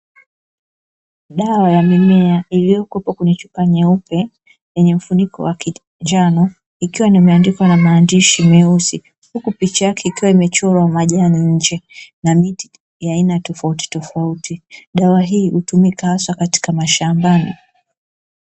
Dawa ya mimea iliyokuwepo kwenye chupa nyeupe yenye mfuniko wa njano ikiwa imeandikwa na maandishi meusi, huku picha yake ikiwa imechorwa majani nje na miti ya aina tofautitofauti. Dawa hii hutumika hasa katika mashambani.